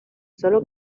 solo